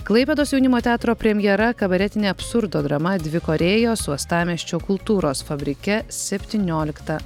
klaipėdos jaunimo teatro premjera kabaretinė absurdo drama dvi korėjos uostamiesčio kultūros fabrike septynioliktą